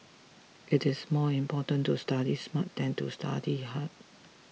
it is more important to study smart than to study hard